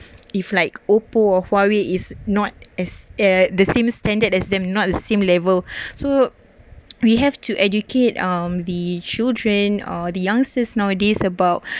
if like oppo or huawei is not as at the same standard as them not the same level so we have to educate um the children or the youngsters nowadays about